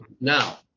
Now